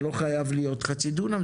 זה לא חייב להיות חצי דונם,